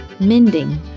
mending